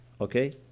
okay